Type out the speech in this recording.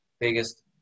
biggest